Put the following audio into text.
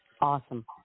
Awesome